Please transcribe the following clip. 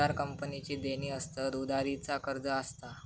उधार कंपनीची देणी असतत, उधारी चा कर्ज असता